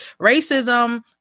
racism